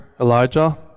Elijah